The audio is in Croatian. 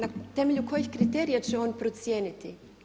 Na temelju kojih kriterija će on procijeniti?